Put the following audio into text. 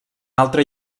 altre